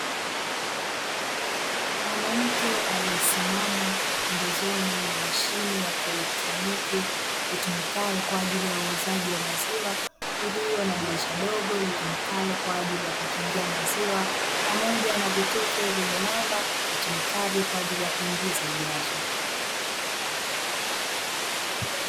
Mwanamke aliyesimama pembezoni mwa mashine ya kielektroniki; itumikayo kwa ajili ya uuzaji wa maziwa, iliyo na dirisha dogo litumikalo kwa ajili ya kukingia maziwa pamoja na vitufe vyenye namba; vitumikavyo kwa ajili ya kuingiza ujazo.